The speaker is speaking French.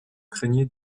craignez